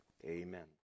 Amen